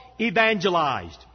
evangelized